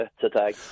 today